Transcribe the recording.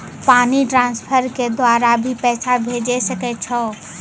Money transfer के द्वारा भी पैसा भेजै सकै छौ?